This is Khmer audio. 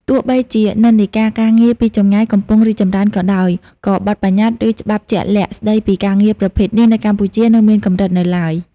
ទោះបីជានិន្នាការការងារពីចម្ងាយកំពុងរីកចម្រើនក៏ដោយ ក៏ បទប្បញ្ញត្តិ ឬច្បាប់ជាក់លាក់ ស្តីពីការងារប្រភេទនេះនៅកម្ពុជានៅមានកម្រិតនៅឡើយ។